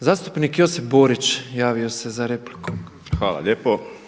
Zastupnik Josip Borić, javio se za repliku. **Borić,